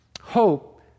hope